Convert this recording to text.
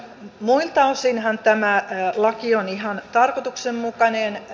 muiltahan osin tämä laki on ihan tarkoituksenmukainen